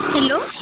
hello